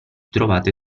trovate